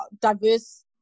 diverse